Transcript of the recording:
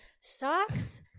socks